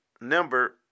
number